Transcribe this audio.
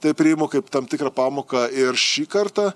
tai priimu kaip tam tikrą pamoką ir šį kartą